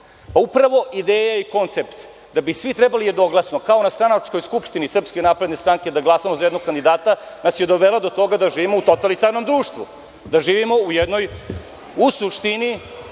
Upravo ideja i koncept da bi svi trebali jednoglasno, kao na stranačkoj skupštini SNS, da glasamo za jednog kandidata nas je dovela do toga da živimo u totalitarnom društvu, da živimo u jednoj državi